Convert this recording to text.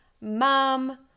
mom